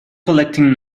collecting